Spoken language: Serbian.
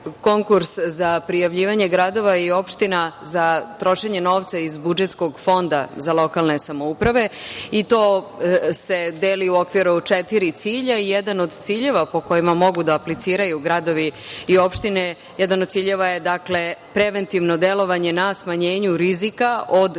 za prijavljivanje gradova i opština za trošenje novca iz budžetskog fonda za lokalne samouprave i to se deli u okviru četiri cilja. Jedan od ciljeva po kojima mogu da apliciraju gradovi i opštine jeste preventivno delovanje na smanjenju rizika od